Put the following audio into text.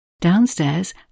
Downstairs